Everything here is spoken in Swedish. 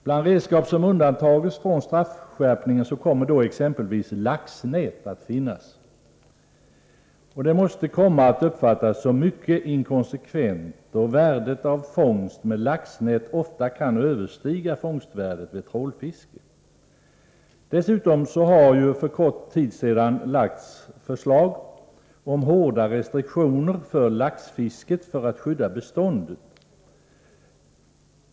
Bland de redskap som kommer att undantas från straffskärpningen är exempelvis laxnät. Detta måste komma att uppfattas som mycket inkonsekvent, då värdet av fångst med laxnät ofta kan överstiga fångstvärdet vid trålfiske. Dessutom har för kort tid sedan förslag lagts fram om hårda restriktioner för laxfisket för att skydda beståndet.